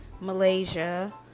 Malaysia